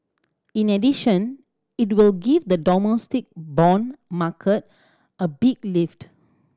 in addition it will give the domestic bond market a big lift